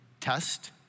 Test